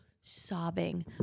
sobbing